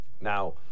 now